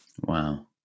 Wow